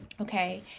Okay